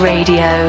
Radio